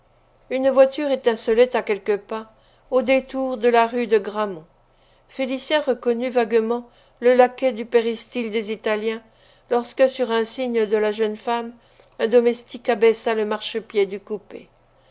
une voiture étincelait à quelques pas au détour de la rue de grammont félicien reconnut vaguement le laquais du péristyle des italiens lorsque sur un signe de la jeune femme un domestique abaissa le marchepied du coupé